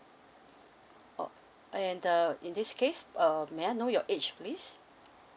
oh and uh in this case uh may I know your age please